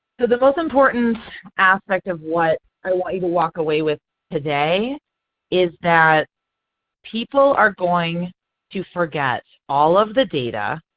the most important aspect of what i want you to walk away with today is that people are going to forget all of the data.